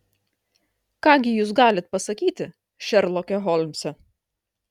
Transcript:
ką gi jūs galit pasakyti šerloke holmse